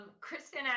Kristen